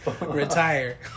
Retire